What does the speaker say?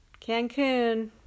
Cancun